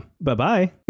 Bye-bye